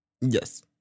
Yes